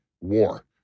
war